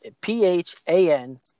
P-H-A-N